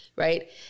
Right